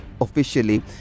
officially